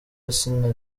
asinah